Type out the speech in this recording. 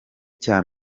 cya